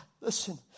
listen